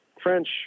French